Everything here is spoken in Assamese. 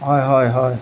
হয় হয় হয়